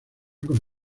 con